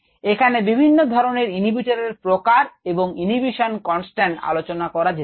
এখানে বিভিন্ন ধরনের ইনহিবিটর এর প্রকার এবং ইনহিবিশন কনস্ট্যান্ট আলোচনা করা যেতে পারে